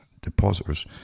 depositors